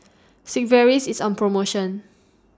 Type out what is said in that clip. Sigvaris IS on promotion